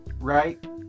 right